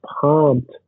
pumped